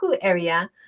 area